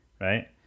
right